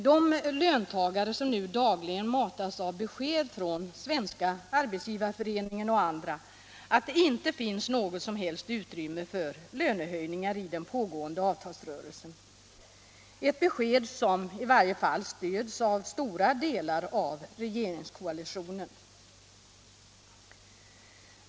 Och löntagarna matas nu dagligen av Svenska — Allmänna prisreglearbetsgivareföreningen och andra med beskedet att det inte finns något = ringslagen som helst utrymme för lönehöjningar i den pågående avtalsrörelsen, ett påstående som stöds av i varje fall stora delar av regeringskoalitionen.